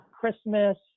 Christmas